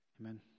Amen